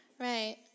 Right